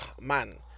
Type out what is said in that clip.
Man